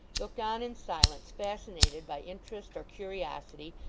looked on in silence, fascinated by interest or curiosity,